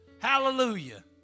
Hallelujah